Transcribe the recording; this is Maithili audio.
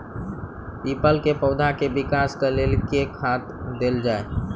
पपीता केँ पौधा केँ विकास केँ लेल केँ खाद देल जाए?